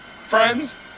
friends